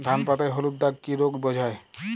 ধান পাতায় হলুদ দাগ কি রোগ বোঝায়?